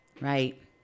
Right